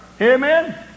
Amen